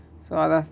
so athas